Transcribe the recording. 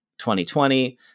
2020